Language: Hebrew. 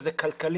וזה גם כלכלי,